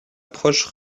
proche